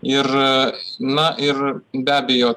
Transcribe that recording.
ir na ir be abejo